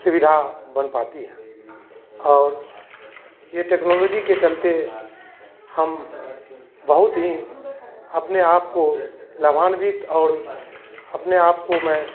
सुविधा बन पाती है और यह टेक्नोलॉजी के चलते हम बहुत ही अपने आपको लाभान्वित और अपने आपको मैं